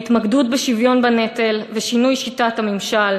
ההתמקדות בשוויון בנטל ובשינוי שיטת הממשל